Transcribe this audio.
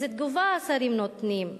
איזה תגובה נותנים השרים.